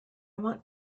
want